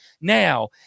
Now